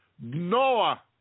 Noah